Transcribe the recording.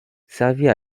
servit